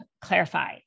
clarify